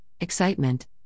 excitement